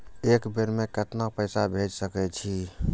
एक बेर में केतना पैसा भेज सके छी?